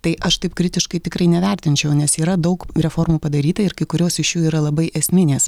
tai aš taip kritiškai tikrai nevertinčiau nes yra daug reformų padaryta ir kai kurios iš jų yra labai esminės